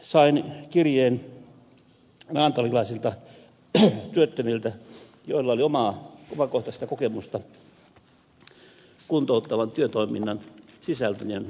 sain kirjeen naantalilaisilta työttömiltä joilla oli omakohtaista kokemusta kuntouttavan työtoiminnan sisältöjen puutteesta